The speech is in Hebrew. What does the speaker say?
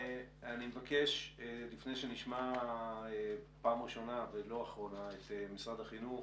לפני שנשמע פעם ראשונה ולא אחרונה את משרד החינוך,